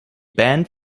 band